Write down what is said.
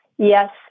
Yes